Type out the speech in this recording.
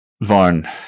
Varn